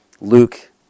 Luke